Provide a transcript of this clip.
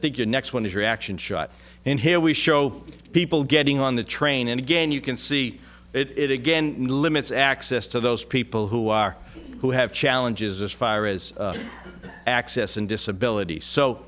think the next one is reaction shots and here we show people getting on the train and again you can see it again and limits access to those people who are who have challenges this fire is access and disability so